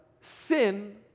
sin